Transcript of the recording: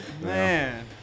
Man